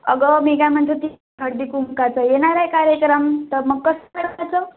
अगं मी काय म्हणत होती हळदी कुंकवाचं येणार आहे कार्यक्रम तर मग कसं करायचं